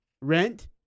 rent